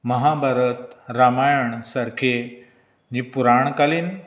महाभारत रामायण सारकें ही पुराण कालीन